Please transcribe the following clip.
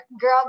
girl